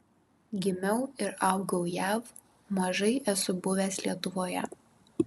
gimiau ir augau jav mažai esu buvęs lietuvoje